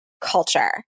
culture